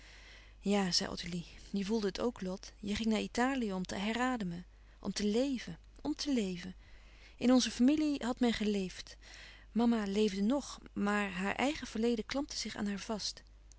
ja zei ottilie je voelde het ook lot je ging naar italië om te herademen om te leven om te leven in onze familie hàd men geleefd mama leefde ng maar haar eigen verleden klampte zich aan haar vast